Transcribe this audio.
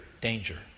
danger